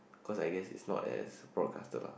cause I guess is not as broadcasted lah